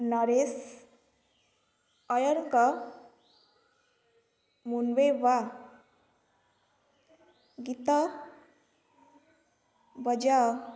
ନରେଶ ଅୟର୍ଙ୍କ ମୁନ୍ବେ ୱା ଗୀତ ବଜାଅ